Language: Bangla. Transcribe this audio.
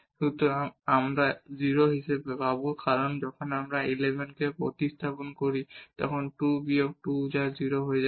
সুতরাং আমরা 0 হিসেবে পাবো কারণ যখন আমরা 1 1 কে প্রতিস্থাপন করি তখন 2 বিয়োগ 2 যা 0 হয়ে যাবে